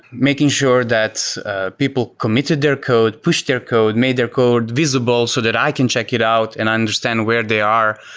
making sure that people committed their code, pushed their code, made their code visible so that i can check it out and understand where they are.